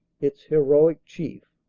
its heroic chief.